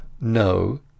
no